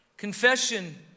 Confession